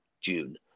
June